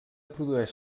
produeix